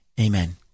amen